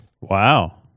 Wow